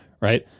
Right